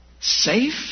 Safe